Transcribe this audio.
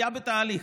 היה בתהליך.